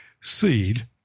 seed